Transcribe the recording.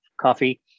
coffee